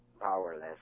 powerless